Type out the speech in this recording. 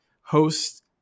host